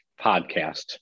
podcast